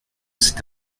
cet